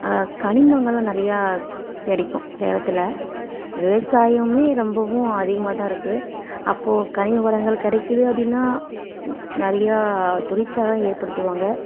கனிமங்களெலாம் நிறையா கிடைக்கும் சேலத்தில் விவசாயமுமே ரொம்பவும் அதிகமாகதான் இருக்குது அப்போது கனிம வளங்கள் கிடைக்கிது அப்படின்னா நிறையா தொழிற்சாலை ஏற்படுத்துவாங்க